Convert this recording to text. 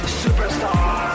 superstar